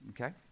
Okay